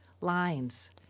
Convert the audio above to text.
lines